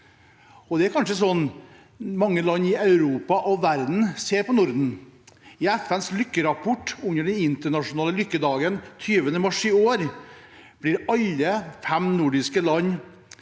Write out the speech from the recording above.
det er kanskje sånn mange land i Europa og verden ser på Norden. I FNs lykkerapport under den internasjonale lykkedagen 20. mars i år var de fem nordiske land